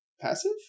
passive